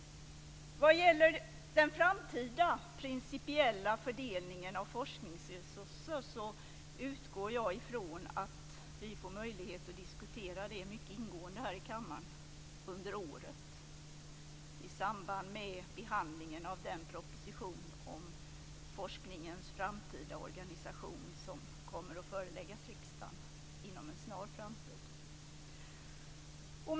Vad gäller den framtida principiella fördelningen av forskningsresurser utgår jag från att vi får möjlighet att diskutera den mycket ingående här i kammaren under året i samband med behandlingen av den proposition om forskningens framtida organisation som kommer att föreläggas riksdagen inom en snar framtid.